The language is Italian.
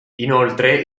inoltre